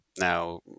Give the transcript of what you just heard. Now